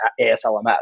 ASLMS